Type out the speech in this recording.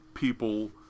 people